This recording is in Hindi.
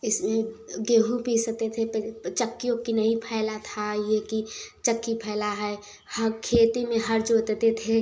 इसमें गेहूँ पीसते थे पहले चक्की ओक्की नहीं फैला था ये कि चक्की फैला है हा खेती में हर जोतते थे